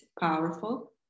powerful